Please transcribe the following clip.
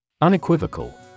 Unequivocal